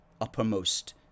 uppermost